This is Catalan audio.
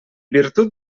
virtut